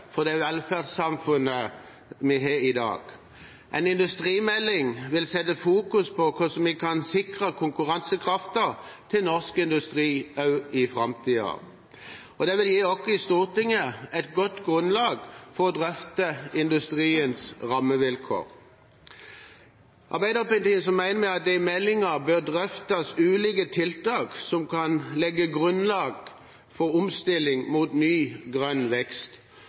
for det velferdssamfunnet vi har i dag. En industrimelding vil sette fokus på hvordan vi kan sikre konkurransekraften til norsk industri også i framtiden. Det vil gi oss i Stortinget et godt grunnlag for å drøfte industriens rammevilkår. Arbeiderpartiet mener at det i meldingen bør drøftes ulike tiltak som kan legge grunnlag for omstilling mot ny, grønn vekst,